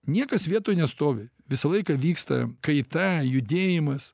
niekas vietoj nestovi visą laiką vyksta kaita judėjimas